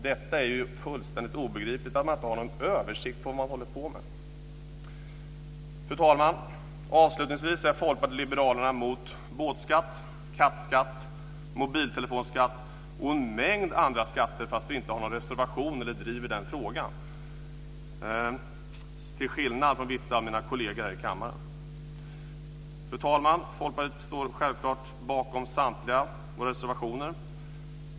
Det är fullständigt obegripligt att man inte har någon översikt över vad man håller på med. Fru talman! Avslutningsvis är Folkpartiet liberalerna mot båtskatt, kattskatt, mobiltelefonskatt och en mängd andra skatter, trots att vi inte har någon reservation eller driver den frågan till skillnad från vissa av mina kolleger här i kammaren. Fru talman! Folkpartiet står självklart bakom samtliga våra reservationer.